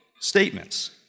statements